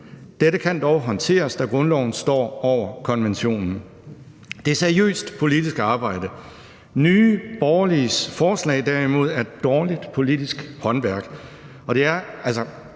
Dette kan dog håndteres, da grundloven står over konventionen. Det er seriøst politisk arbejde. Nye Borgerliges forslag er derimod dårligt politisk håndværk,